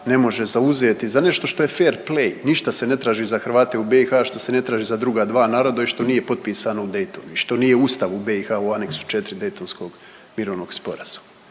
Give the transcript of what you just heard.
ne može zauzeti za nešto što je fair play, ništa se ne traži za Hrvate u BiH što se ne traži za druga dva naroda i što nije potpisano u Daytonu i što nije u Ustavu BiH u Aneksu IV dejtonskog mirovnog sporazuma,